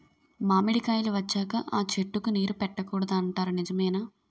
మామిడికాయలు వచ్చాక అ చెట్టుకి నీరు పెట్టకూడదు అంటారు నిజమేనా?